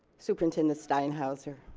superintendent steinhauser,